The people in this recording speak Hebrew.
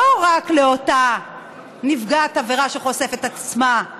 לא רק לאותה נפגעת עבירה שחושפת את עצמה,